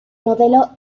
modelo